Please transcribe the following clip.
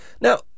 Now